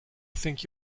think